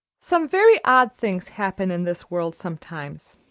some very odd things happen in this world sometimes.